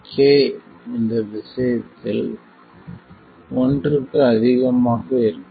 k இந்த விஷயத்தில் ஒன்றுக்கு அதிகமாக இருக்கலாம்